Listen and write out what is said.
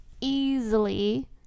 easily